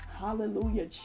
hallelujah